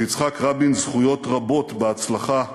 ליצחק רבין זכויות רבות בהצלחה,